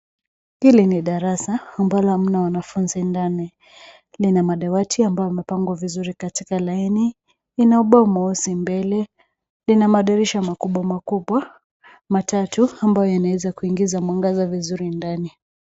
Hili ni darasa, ambalo hamna wanafunzi ndani. Lina madawati ambayo yamepangwa vizuri katika laini. Ina ubao mweusi mbele. Lina madirisha makubwa makubwa matatu ambayo yanaweza kuingiza mwangaza vizuri ndani.